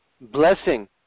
blessing